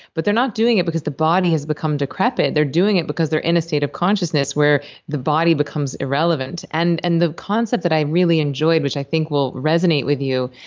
but they're not doing it because the body has become decrepit. they're doing it because they're in a state of consciousness where the body becomes irrelevant and and the concept that i really enjoyed, which i think will resonate with you,